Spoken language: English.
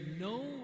no